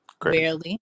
barely